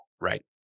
Right